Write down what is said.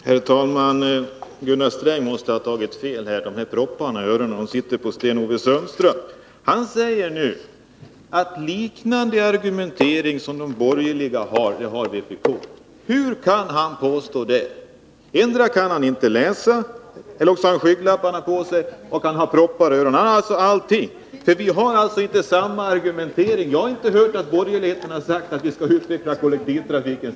Herr talman! Gunnar Sträng måste ha tagit fel — propparna i öronen sitter på Sten-Ove Sundström. Han säger nu att vpk har liknande argumentering som de borgerliga. Hur kan han påstå det? Endera kan han inte läsa eller också har han skygglappar för ögonen och proppar i öronen. Borgerligheten och vi har inte samma argumentering. Jag har inte hört att borgerligheten har sagt att vi skall utnyttja kollektivtrafiken.